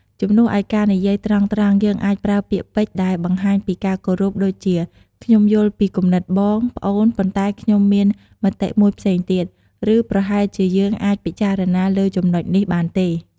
ជំនួសឲ្យការនិយាយត្រង់ៗ យើងអាចប្រើពាក្យពេចន៍ដែលបង្ហាញពីការគោរព ដូចជា "ខ្ញុំយល់ពីគំនិតបង/ប្អូន ប៉ុន្តែខ្ញុំមានមតិមួយផ្សេងទៀត" ឬ "ប្រហែលជាយើងអាចពិចារណាលើចំណុចនេះបានទេ?"។